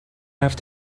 have